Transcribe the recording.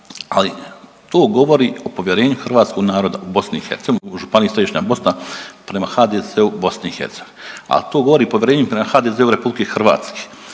ali to govori o povjerenju hrvatskog naroda u BiH, u županiji središnja Bosna prema HDZ-u BiH, a to govori i o povjerenju prema HDZ-u RH jer na proteklim